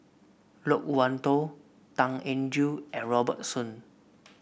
Loke Wan Tho Tan Eng Joo and Robert Soon